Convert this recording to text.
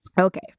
Okay